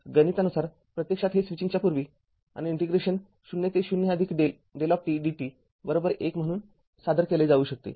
गणितानुसार प्रत्यक्षात हे स्विचिंगच्या पूर्वी म्हणजे इंटिग्रेशन ० ते ० δdt१ म्हणून सादर केले जाऊ शकते